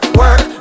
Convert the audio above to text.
work